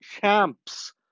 champs